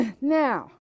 Now